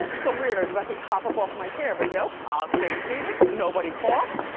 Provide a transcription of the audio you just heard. and so weird, i was about to hop up off my chair, but nope, i'll stay seated. nobody cough.